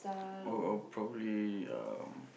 or or probably um